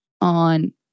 on